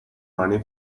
money